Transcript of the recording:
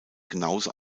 genauso